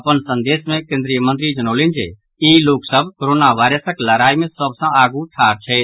अपन संदेश मे कोन्द्रीय मंत्री जनौलनि जे ई लोक सभ कोरोना वायरसक लड़ाई मे सभ सँ आगू ठाढ़ छथि